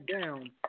down